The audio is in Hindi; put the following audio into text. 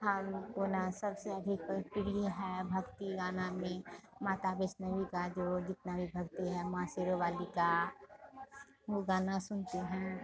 हमको ना सबसे अधिक प्रिय है भक्ति गाना में माता वैष्णवी का जो जितना भी भक्ति है माँ शेरावाली का वो गाना सुनते हैं